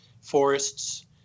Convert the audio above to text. forests